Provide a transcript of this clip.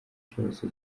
cyose